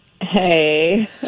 Hey